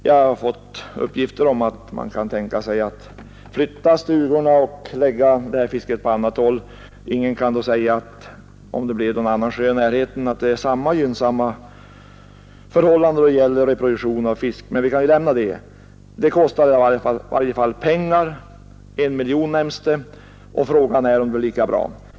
Jag har fått uppgifter om att man kan tänka sig att flytta stugorna och lägga det här fisket på annat håll; men om det hela flyttas till någon annan sjö i närheten kan ingen säga om det där blir samma gynnsamma förhållanden när det gäller reproduktion av fisk — men vi kan lämna det. Det kostar i varje fall pengar att flytta — 1 miljon kronor har nämnts — och frågan är om det nya blir lika bra.